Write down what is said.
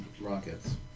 rockets